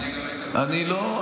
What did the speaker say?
לא,